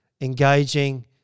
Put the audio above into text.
engaging